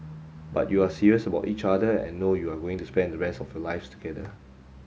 but you're serious about each other and know you're going to spend the rest of your lives together